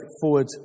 forward